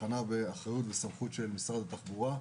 תחנה באחריות וסמכות של משרד התחבורה.